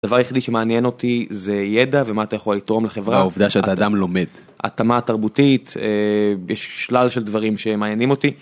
הדבר היחידי שמעניין אותי זה ידע, ומה אתה יכול לתרום לחברה. והעובדה שאתה אדם לומד. ההתאמה התרבותית, יש שלל של דברים שמעניינים אותי.